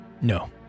No